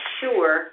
sure